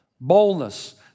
Boldness